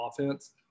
offense